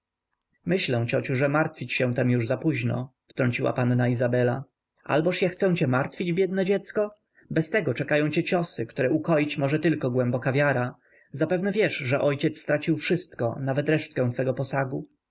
myślę ciociu że martwić się tem już zapóźno wtrąciła panna izabela alboż ja chcę cię martwić biedne dziecko i bez tego czekają cię ciosy które ukoić może tylko głęboka wiara zapewne wiesz że ojciec stracił wszystko nawet resztę twego posagu